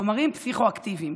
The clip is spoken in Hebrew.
בחומרים פסיכו-אקטיביים.